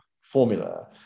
formula